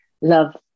love